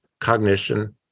cognition